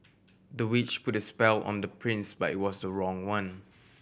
the witch put a spell on the prince but it was the wrong one